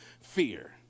fear